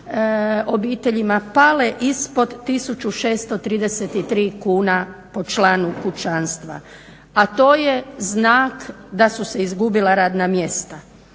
obiteljima pale ispod 1633 kuna po članu kućanstva, a to je znak da su se izgubila radna mjesta.